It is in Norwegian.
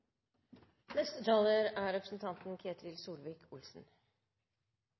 Neste taler er representanten